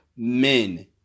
Men